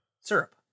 syrup